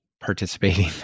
participating